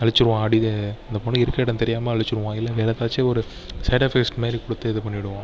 அழித்திருவான் அடி தே அந்த பொண்ணை இருக்கிற இடம் தெரியாமல் அழித்திருவான் இல்லை எதற்காச்சும் ஒரு சைட் எஃபெக்ட்ஸ் மாதிரி கொடுத்து இது பண்ணிவிடுவான்